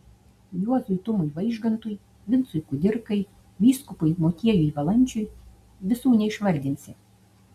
juozui tumui vaižgantui vincui kudirkai vyskupui motiejui valančiui visų neišvardinsi